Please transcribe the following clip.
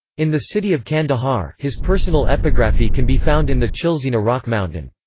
in the city of kandahar, his personal epigraphy can be found in the chilzina rock mountain.